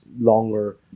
longer